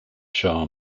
shah